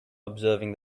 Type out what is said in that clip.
observing